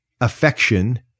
affection